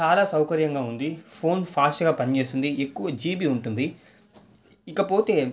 చాలా సౌకర్యంగా ఉంది ఫోన్ ఫాస్ట్గా పని చేస్తుంది ఎక్కువ జీబి ఉంటుంది ఇకపోతే